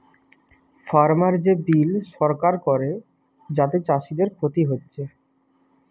farmer যে bill সরকার করে যাতে চাষীদের ক্ষতি হচ্ছে